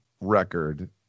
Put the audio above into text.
record